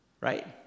right